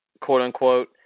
quote-unquote